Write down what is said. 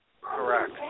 Correct